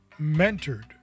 mentored